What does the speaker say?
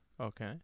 Okay